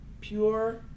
pure